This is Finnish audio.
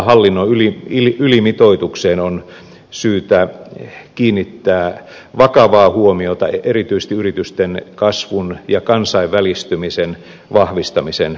tähän tavallaan hallinnon ylimitoitukseen on syytä kiinnittää vakavaa huomiota erityisesti yritysten kasvun ja kansainvälistymisen vahvistamisen näkökulmasta